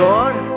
Lord